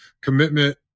commitment